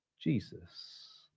Jesus